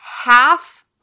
half